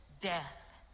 death